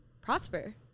prosper